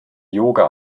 yoga